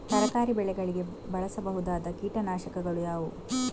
ತರಕಾರಿ ಬೆಳೆಗಳಿಗೆ ಬಳಸಬಹುದಾದ ಕೀಟನಾಶಕಗಳು ಯಾವುವು?